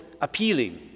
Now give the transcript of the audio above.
appealing